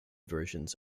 versions